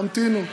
תמתינו.